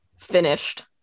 finished